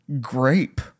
grape